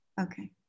Okay